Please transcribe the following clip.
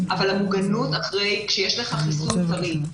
אבל המוגנות כשיש לך חיסון טרי,